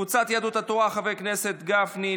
קבוצת סיעת יהדות התורה: חברי הכנסת משה גפני,